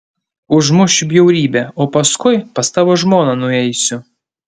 užmušiu bjaurybę o paskui pas tavo žmoną nueisiu